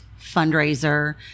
fundraiser